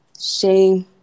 shame